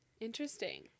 Interesting